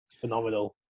phenomenal